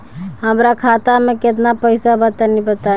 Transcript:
हमरा खाता मे केतना पईसा बा तनि बताईं?